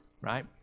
right